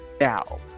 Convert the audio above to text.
Now